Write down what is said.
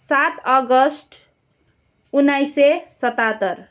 सात अगस्त उन्नाइस सय सतातर